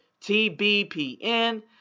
TBPN